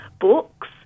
books